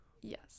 yes